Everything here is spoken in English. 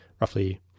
roughly –